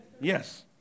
Yes